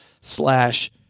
slash